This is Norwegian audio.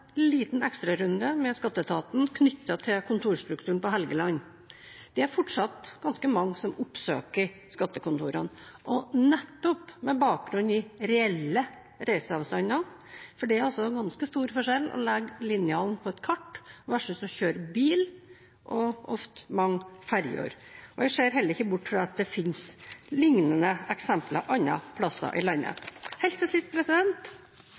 liten ekstrarunde med Skatteetaten, knyttet til kontorstrukturen på Helgeland. Det er fortsatt ganske mange som oppsøker skattekontorene, og nettopp med bakgrunn i reelle reiseavstander, er det altså ganske stor forskjell å legge linjalen på et kart versus å kjøre bil, og ofte mange ferjer. Jeg ser heller ikke bort fra at det fins lignende eksempler andre steder i landet. Helt til